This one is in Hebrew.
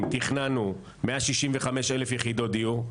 תכננו 165,000 יחידות דיור,